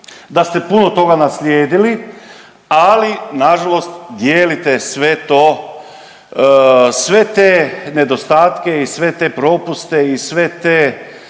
da ste puno toga naslijedili, ali nažalost dijelite sve to, sve te nedostatke i sve te propuste i sve te